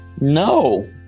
No